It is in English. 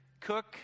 cook